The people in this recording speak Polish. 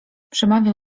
przemawiał